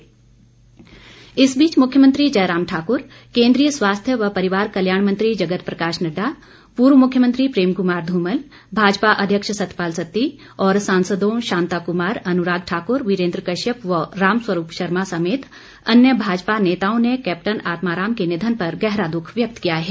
शोक इस बीच मुख्यमंत्री जयराम ठाकुर केन्द्रीय स्वास्थ्य व परिवार कल्याण मंत्री जगत प्रकाश नड्डा पूर्व मुख्यमंत्री प्रेम कुमार धूमल भाजपा अध्यक्ष सतपाल सत्ती और सांसदों शांता कुमार अनुराग ठाकुर वीरेन्द्र कश्यप व रामस्वरूप शर्मा समेत अन्य भाजपा नेताओं ने कैप्टन आत्मा राम के निधन पर गहरा दुख व्यक्त किया है